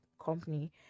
company